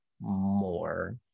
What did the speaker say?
more